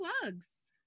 plugs